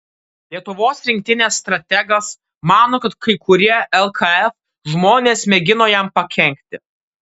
lietuvos rinktinės strategas mano kad kai kurie lkf žmonės mėgino jam pakenkti